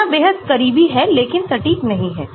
गणना बेहद करीबी है लेकिन सटीक नहीं है